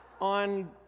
on